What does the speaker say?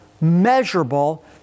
measurable